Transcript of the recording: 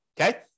okay